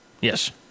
Yes